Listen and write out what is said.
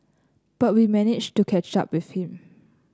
but we managed to catch up with him